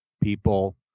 people